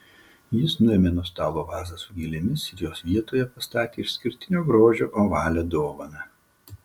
jis nuėmė nuo stalo vazą su gėlėmis ir jos vietoje pastatė išskirtinio grožio ovalią dovaną